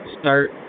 start